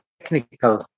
technical